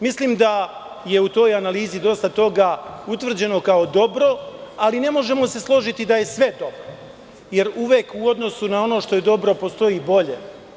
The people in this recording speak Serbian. Mislim da je u toj analizi dosta toga utvrđeno kao dobro, ali ne možemo se složiti da je sve dobro, jer uvek, u odnosu na ono što je dobro, postoji i bolje.